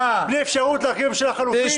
בלי אפשרות להקים ממשלה חלופית.